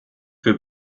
für